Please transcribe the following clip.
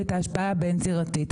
ואת ההשפעה הבין זירתית.